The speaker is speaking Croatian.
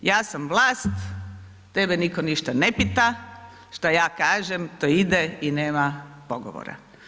Ja sam vlast, tebe nitko ništa ne pita, šta ja kažem to ide i nema pogovora.